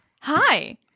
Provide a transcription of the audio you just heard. hi